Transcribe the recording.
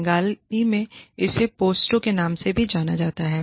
बंगाली में इसे पोस्टो के नाम से भी जाना जाता है